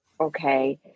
Okay